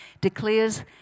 declares